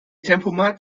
tempomat